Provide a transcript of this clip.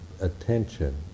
Attention